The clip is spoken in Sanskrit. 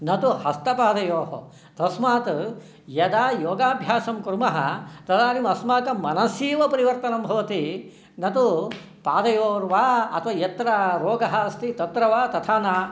न तु हस्तपादयोः तस्मात् यदा योगाभ्यासं कुर्मः तदानीम् अस्माकं मनसि एव परिवर्तनं भवति न तु पादयोर्वा अथवा यत्र रोगः अस्ति तत्र वा तथा न